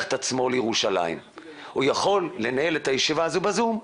את עצמו לירושלים אלא הוא יכול לנהל את הישיבה הזו ב-זום.